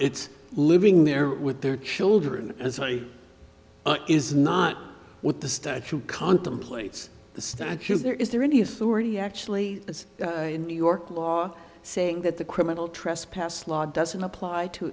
it's living there with their children as i say is not what the statute contemplates the statute there is there any authority actually as in new york law saying that the criminal trespass law doesn't apply to